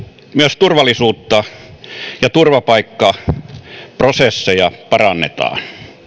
myös turvallisuutta ja turvapaikkaprosesseja parannetaan